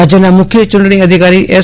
રાજયના મુખ્ય ચૂંટણી અધિકારી એસ